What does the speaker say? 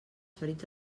ferits